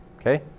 Okay